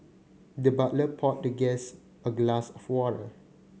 the butler poured the guest a glass of water